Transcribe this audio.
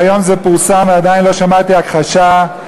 והיום זה פורסם ועדיין לא שמעתי הכחשה.